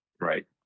right